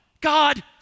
God